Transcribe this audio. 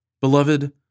Beloved